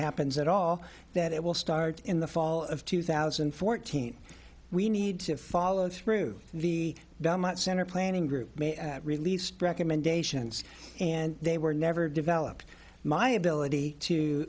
happens at all that it will start in the fall of two thousand and fourteen we need to follow through the belmont center planning group released recommendations and they were never developed my ability to